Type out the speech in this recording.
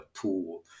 tool